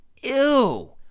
Ew